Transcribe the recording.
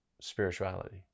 spirituality